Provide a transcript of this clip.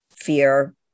fear